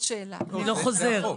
אני לא חוזר.